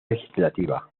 legislativa